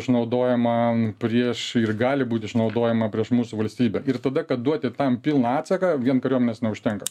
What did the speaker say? išnaudojama prieš ir gali būti išnaudojama prieš mūsų valstybę ir tada kad duoti tam pilną atsaką vien kariuomenės neužtenka